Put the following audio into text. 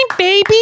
Baby